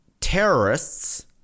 terrorists